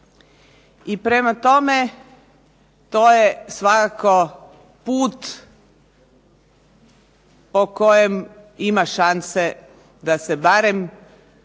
i prema tome to je svakako put po kojem ima šanse da se barem